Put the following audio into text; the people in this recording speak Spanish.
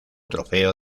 trofeo